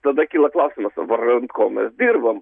tada kyla klausimas vardan ko mes dirbam